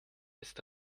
ist